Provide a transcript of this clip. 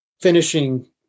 finishing